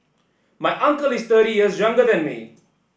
my uncle is thirty years younger than me